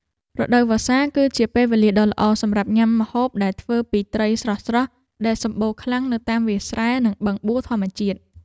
រដូវវស្សា គឺជាពេលវេលាដ៏ល្អសម្រាប់ញ៉ាំម្ហូបដែលធ្វើពីត្រីស្រស់ៗដែលសម្បូរខ្លាំងនៅតាមវាលស្រែ និងបឹងបួធម្មជាតិ។